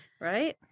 Right